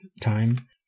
time